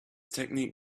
technique